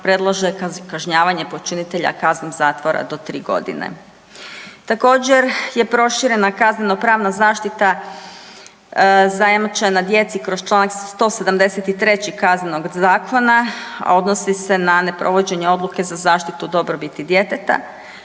predlaže kažnjavanje počinitelja kaznom zatvora do 3 godine. Također je proširena kaznenopravna zaštite zajamčena djeci kroz čl. 173 Kaznenog zakona. Odnosi se na neprovođenje odluke za zaštitu dobrobiti djeteta